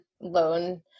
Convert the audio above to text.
loan